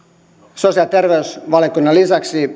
sosiaali ja terveysvaliokunnan lisäksi